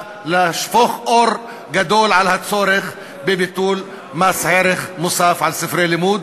לשפוך אור גדול על הצורך בביטול מס ערך מוסף על ספרי לימוד.